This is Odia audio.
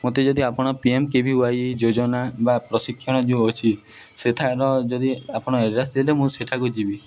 ମତେ ଯଦି ଆପଣ ପିଏମ୍କେଭିୱାଇ ଯୋଜନା ବା ପ୍ରଶିକ୍ଷଣ ଯେଉଁ ଅଛି ସେଠାର ଯଦି ଆପଣ ଆଡ଼୍ରେସ୍ ଦେଲେ ମୁଁ ସେଠାକୁ ଯିବି